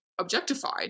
objectified